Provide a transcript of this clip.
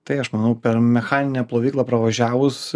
tai aš manau per mechaninę plovyklą pravažiavus